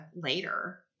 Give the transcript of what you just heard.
later